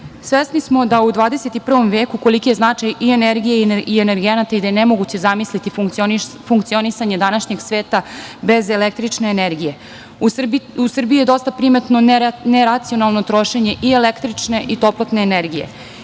smo u 21. veku koliki je značaj i energije i energenata i da je nemoguće zamisliti funkcionisanje današnjeg sveta bez električne energije. U Srbiji je dosta primetno neracionalno trošenje i električne i toplotne energije.